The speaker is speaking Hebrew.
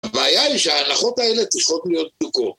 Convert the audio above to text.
הבעיה היא שההנחות האלה צריכות להיות בדוקות